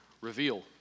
reveal